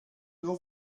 nur